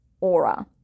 aura